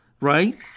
right